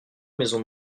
maisons